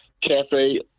Cafe